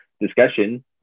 discussion